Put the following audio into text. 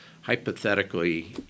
hypothetically